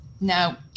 Now